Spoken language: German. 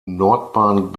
nordbahn